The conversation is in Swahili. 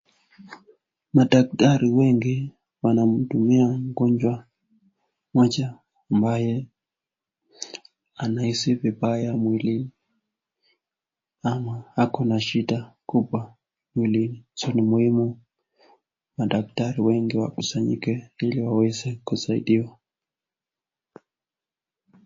Madaktari wengi wanamhudumia mgonjwa moja ambaye anahisi vibaya mwilini. Ako na shida kubwa mwilini. so ni muhimu madaktari wengi wakusanyike ili waweze kusaidiwa.